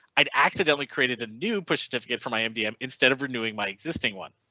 i'd accidentally created a new push significant for my mdm instead of renewing my existing one.